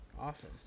Awesome